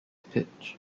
pitch